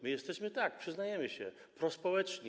My jesteśmy, tak, przyznajemy się, prospołeczni.